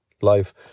life